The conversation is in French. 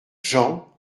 jean